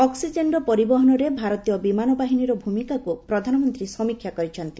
ଅକ୍କିଜେନ୍ର ପରିବହନରେ ଭାରତୀୟ ବିମାନ ବାହିନୀର ଭୂମିକାକୁ ପ୍ରଧାନମନ୍ତ୍ରୀ ସମୀକ୍ଷା କରିଛନ୍ତି